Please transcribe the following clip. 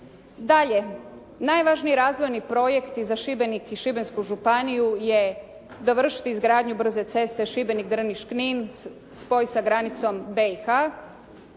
Dalje, najvažniji razvojni projekti za Šibenik i Šibensku županiju je dovršiti izgradnju brze ceste Šibenik-Drniš-Knin spoj sa granicom BiH.